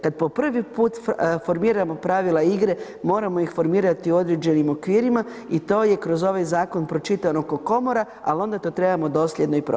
Kad po prvi put formiramo pravila igre moramo ih formirati u određenim okvirima i to je kroz ovaj zakon pročitano kao komora ali onda to trebamo dosljedno i provesti.